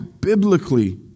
biblically